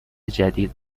جدید